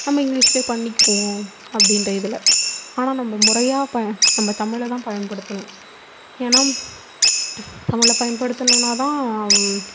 நம்ம இங்கிலீஷ்லையே பண்ணிக்குவோம் அப்படின்ற இதில் ஆனால் நம்ம முறையாக ப நம்ம தமிழைதான் பயன்படுத்தனும் ஏன்னா தமிழை பயன்படுத்துனோம்னாதான்